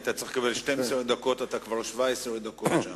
היית צריך לקבל 12 דקות, ואתה כבר 17 דקות שם.